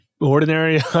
ordinary